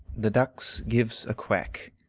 the ducks gives a quack,